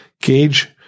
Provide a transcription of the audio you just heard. gauge